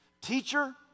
Teacher